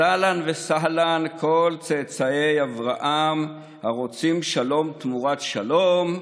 אז אהלן וסהלן לכל צאצאי אברהם הרוצים שלום תמורת שלום,